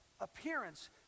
appearance